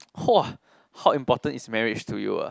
!wah! how important is marriage to you ah